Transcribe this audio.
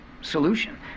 solution